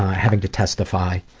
having to testify.